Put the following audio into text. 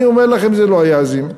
אני אומר לכם: זה לא היה עזים.